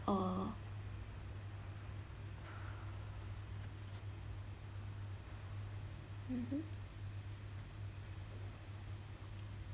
or mmhmm